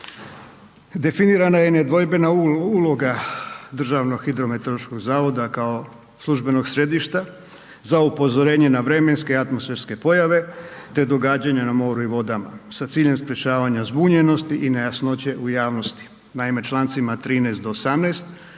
Definirana je i nedvojbena uloga Državnog hidrometeorološkog zavoda kao službenog središta za upozorenje na vremenske, atmosferske pojave te događanja na moru i vodama sa ciljem sprječavanja zbunjenosti i nejasnoće u javnosti. Naime člancima 13. do 18.